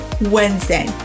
Wednesday